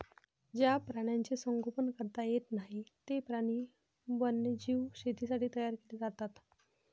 ज्या प्राण्यांचे संगोपन करता येत नाही, ते प्राणी वन्यजीव शेतीसाठी तयार केले जातात